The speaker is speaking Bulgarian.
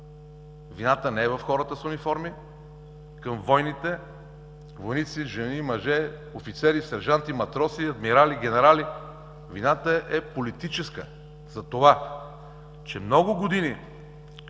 Вината не е в хората с униформи, към войните – войници, жени, мъже, офицери, сержанти, матроси, адмирали, генерали, вината е политическа, за това, че много години